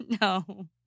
No